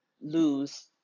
lose